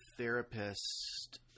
therapist